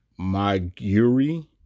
Maguri